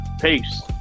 Peace